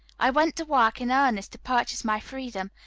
i went to work in earnest to purchase my freedom,